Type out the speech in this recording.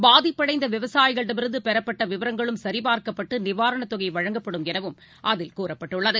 பாதிப்படைந்த விவசாயிகளிடமிருந்து பெறப்பட்ட விவரங்களும் சரிபார்க்கப்பட்டு நிவாரணத் தொகை வழங்கப்படும் எனவும் அதில் கூறப்பட்டுள்ளது